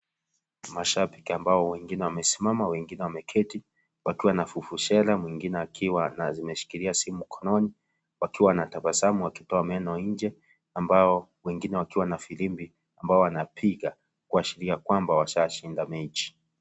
Mashabiki ambao wengine wamesimama wengine wameketi wakiwa na vuvusera mwingine akiwa ameshikilia simu mkononi wakiwa na tabasamu wakitoa meno nje ambao wengine wakiwa na firimbi ambao wanapiga wakiashiria kwamba washashinda mechi.